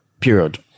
Period